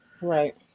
Right